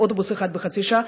אוטובוס אחד בחצי שעה,